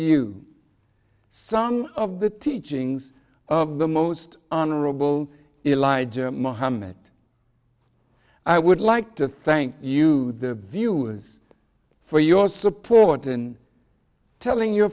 you song of the teachings of the most honorable elijah mohammed i would like to thank you the views for your support and telling your